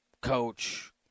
coach